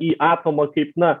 į atomą kaip na